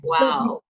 Wow